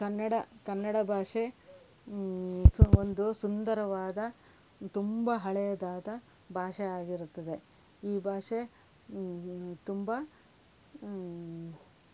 ಕನ್ನಡ ಕನ್ನಡ ಭಾಷೆ ಒಂದು ಸುಂದರವಾದ ತುಂಬ ಹಳೆಯದಾದ ಭಾಷೆ ಆಗಿರುತ್ತದೆ ಈ ಭಾಷೆ ತುಂಬ